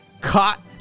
caught